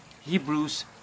Hebrews